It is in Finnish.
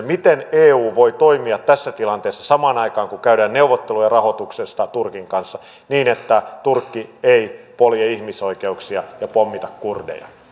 miten eu voi toimia tässä tilanteessa samaan aikaan kun käydään neuvotteluja rahoituksesta turkin kanssa niin että turkki ei polje ihmisoikeuksia ja pommita kurdeja